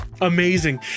amazing